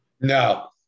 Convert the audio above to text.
No